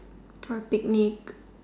park picnic